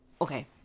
Okay